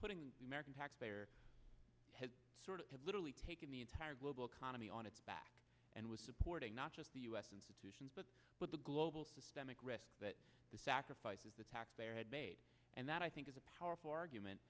putting the american taxpayer has sort of literally taken the entire global economy on its back and was supporting not just the u s and situations but with the global systemic risk that the sacrifices the taxpayer had made and that i think is a powerful argument